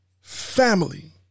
family